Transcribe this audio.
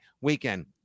weekend